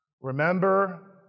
Remember